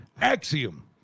Axiom